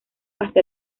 hasta